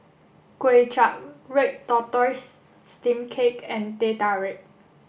Kway Chap red tortoise steamed cake and Teh Tarik